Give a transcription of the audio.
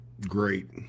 great